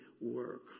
work